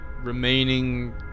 remaining